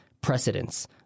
precedents